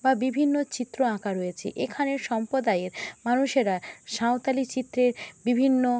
বা বিভিন্ন চিত্র আঁকা রয়েছে এখানে সম্পদায়ের মানুষেরা সাঁওতালি চিত্রের বিভিন্ন